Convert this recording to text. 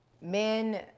men